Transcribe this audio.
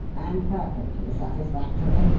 and perfectly satisfactory.